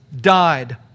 died